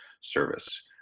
service